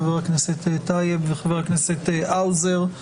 חבר הכנסת טייב וחבר הכנסת האוזר.